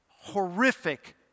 horrific